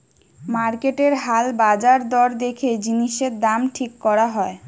মার্কেটের হাল বাজার দর দেখে জিনিসের দাম ঠিক করা হয়